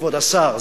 כבוד השר,